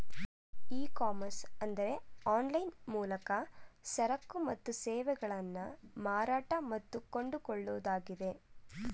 E commerce ಅಂದರೆ online ಮೂಲಕ ಸರಕು ಮತ್ತು ಸೇವೆಗಳನ್ನು ಮಾರಾಟ ಮತ್ತು ಕೊಂಡುಕೊಳ್ಳುವುದಾಗಿದೆ